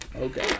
Okay